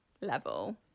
level